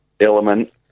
element